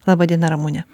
laba diena ramune